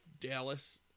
Dallas